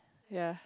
ya